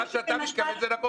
למה שאתה מתכוון זה נכון.